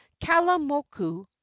kalamoku